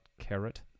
carrot